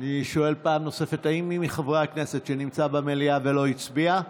אני שואל פעם נוספת: האם מי מחברי הכנסת שנמצא במליאה לא הצביע?